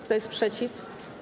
Kto jest przeciw?